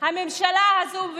הממשלה הזו,